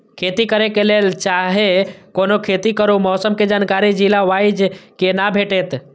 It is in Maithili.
खेती करे के लेल चाहै कोनो खेती करू मौसम के जानकारी जिला वाईज के ना भेटेत?